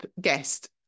guest